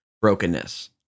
brokenness